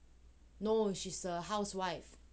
no she's a housewife